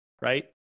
right